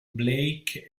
blake